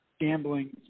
Gambling